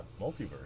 multiverse